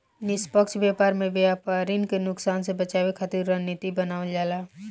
निष्पक्ष व्यापार में व्यापरिन के नुकसान से बचावे खातिर रणनीति बनावल जाला